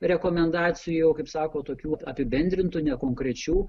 rekomendacijų kaip sako tokių apibendrintų nekonkrečių